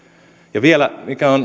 ja vielä